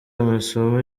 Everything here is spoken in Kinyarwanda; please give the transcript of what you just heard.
amasomo